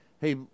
hey